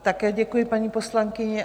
Také děkuji, paní poslankyně.